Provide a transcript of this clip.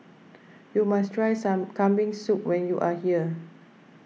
you must try some Kambing Soup when you are here